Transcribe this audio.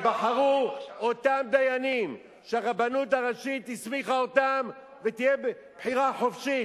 ייבחרו אותם דיינים שהרבנות הראשית הסמיכה אותם ותהיה בחירה חופשית.